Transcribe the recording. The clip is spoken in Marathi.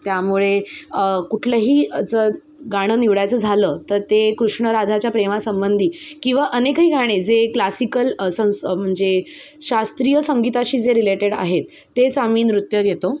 त्यामुळे कुठलंही गाणं निवडायचं झालं तर ते कृष्णराधाच्या प्रेमासंबंधी किंवा अनेकही गाणे जे क्लासिकल संस म्हणजे शास्त्रीय संगीताशी जे रिलेटेड आहेत तेच आम्ही नृत्य घेतो